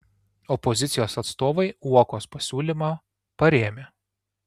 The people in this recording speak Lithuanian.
opozicijos atstovai uokos pasiūlymą parėmė